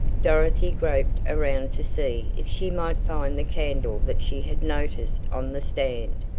dorothy groped around to see if she might find the candle that she had noticed on the stand,